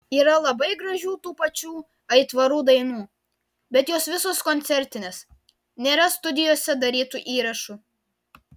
yra labai gražių tų pačių aitvarų dainų bet jos visos koncertinės nėra studijose darytų įrašų